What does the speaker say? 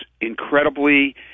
incredibly